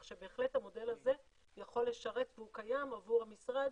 בהחלט המודל הזה יכול לשרת והוא קיים עבור המשרד